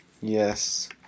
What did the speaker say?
Yes